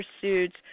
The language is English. pursuits